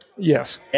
Yes